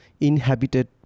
inhabited